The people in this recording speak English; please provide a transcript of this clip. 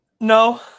No